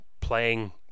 playing